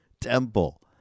temple